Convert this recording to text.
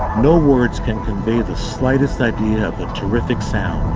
no words can convey the slightest idea of the terrific sound.